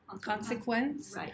consequence